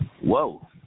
Whoa